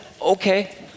okay